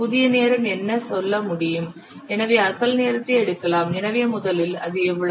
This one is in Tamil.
புதிய நேரம் என்ன சொல்ல முடியும் எனவே அசல் நேரத்தை எடுக்கலாம் எனவே முதலில் அது எவ்வளவு